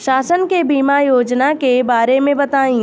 शासन के बीमा योजना के बारे में बताईं?